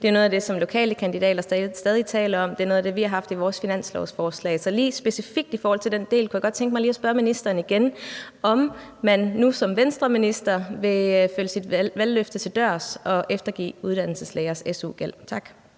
Det er noget af det, som lokale kandidater stadig taler om, og det er noget af det, vi har haft med i vores finanslovsforslag. Så lige specifikt i forhold til den del kunne jeg godt tænke mig at spørge ministeren igen, om man nu som Venstreminister vil følge sit valgløfte til dørs og eftergive uddannelseslægers su-gæld. Tak.